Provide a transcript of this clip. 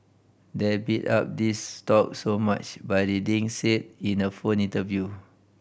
they bid up these stocks so much by reading said in a phone interview